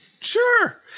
Sure